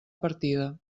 partida